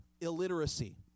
illiteracy